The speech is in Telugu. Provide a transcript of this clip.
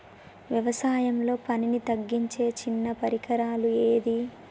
వ్యవసాయంలో పనిని తగ్గించే చిన్న పరికరాలు ఏవి?